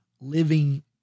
living